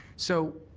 so,